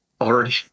already